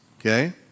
okay